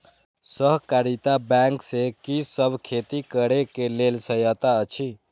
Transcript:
सहकारिता बैंक से कि सब खेती करे के लेल सहायता अछि?